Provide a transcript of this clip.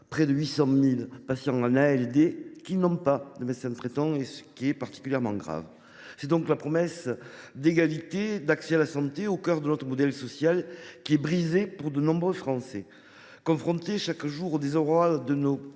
de longue durée (ALD) n’ont pas de médecin traitant, ce qui est particulièrement grave. C’est donc la promesse d’égalité d’accès à la santé, au cœur de notre modèle social, qui est brisée pour de nombreux Français. Confrontés chaque jour au désarroi de nos